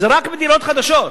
זה רק בדירות חדשות.